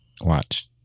Watch